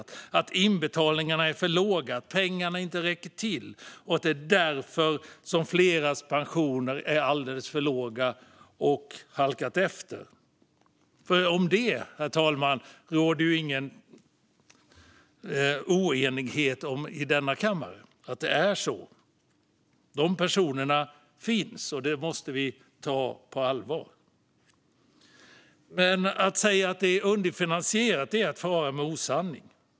Det sägs att inbetalningarna är för låga, att pengarna inte räcker till och att det är därför som pensionerna för många är alldeles för låga och har halkat efter. Det sista råder det ingen oenighet om i denna kammare. Så är det. Dessa personer finns, och vi måste ta detta på allvar. Men om man säger att det är underfinansierat far man med osanning.